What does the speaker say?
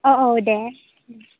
औ औ दे